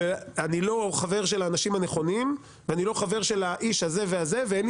ואני לא חבר של האנשים הנכונים ואני לא חבר של האיש הזה והזה ואין לי